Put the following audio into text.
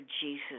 Jesus